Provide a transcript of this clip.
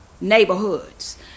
neighborhoods